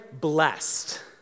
blessed